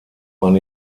man